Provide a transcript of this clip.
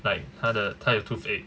like 他的他有 toothache